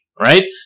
right